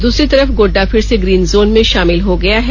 दूसरी तरफ गोड़डा फिर से ग्रीन जोन में षामिल हो गया है